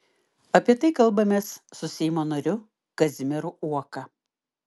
apie tai kalbamės su seimo nariu kazimieru uoka